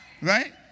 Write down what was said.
right